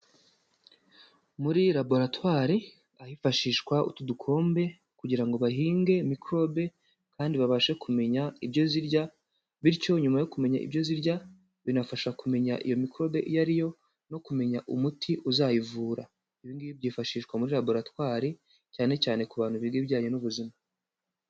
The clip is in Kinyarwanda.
Muri laboratware ahifashishwa utu dukombe kugira ngo bahinge microbe kandi babashe kumenya ibyo zirya. Bityo nyuma yo kumenya ibyo zirya binafasha kumenya iyo microbe iyo ariyo no kumenya umuti uzayivura. Ibi ngibi byifashishwa muri laboratware cyane cyane ku bantu biga ibijyanye n'ubuzima.